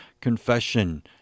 confession